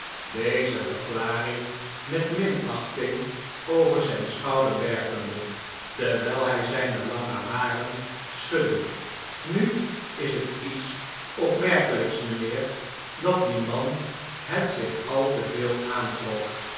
deze verklaring met minachting over zijn schouder werpende terwijl hij zijne lange haren schudde nu is het iets opmerkelijks mijnheer dat die man het zich al te veel aantrok